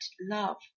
love